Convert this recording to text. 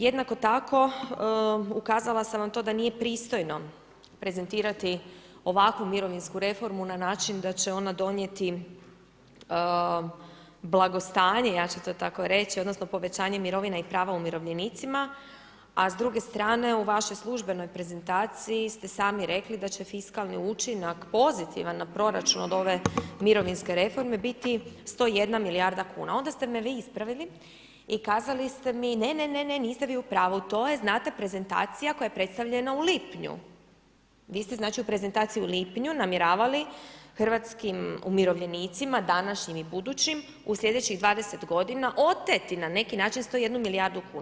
Jednako tako ukazala sam vam na to da nije pristojno prezentirati ovakvu mirovinsku reformu na način da će ona donijeti blagostanje, ja ću to tako reći, odnosno povećanje mirovine i prava umirovljenicima, a s druge strane u vašoj službenoj prezentaciji ste sami rekli da će fiskalni učinak pozitivan na proračun od ove mirovinske reforme biti 101 milijarda kuna. onda ste mi vi ispravili i kazali ste mi ne, ne, ne niste vi u pravu, to je znate prezentacija koja je predstavljena u lipnju, vi ste znači u prezentaciji u lipnju namjeravali hrvatskim umirovljenicima, današnjim i budućim, u sljedećih 20 godina oteti na neki način 101 milijardu kuna.